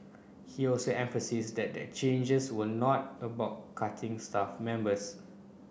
he also emphasised that the changes were not about cutting staff members